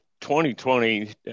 2020